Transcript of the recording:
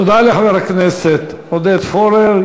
תודה לחבר הכנסת עודד פורר.